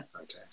Okay